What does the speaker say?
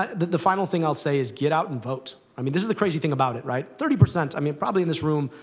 the the final thing i'll say is get out and vote. i mean, this is the crazy thing about it, right. thirty i mean, probably in this room,